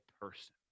person